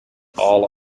all